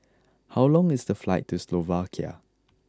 how long is the flight to Slovakia